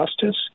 justice